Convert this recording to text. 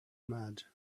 mad